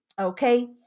Okay